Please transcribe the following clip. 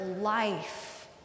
life